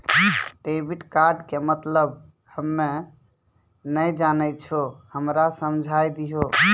Debit card के मतलब हम्मे नैय जानै छौ हमरा समझाय दियौ?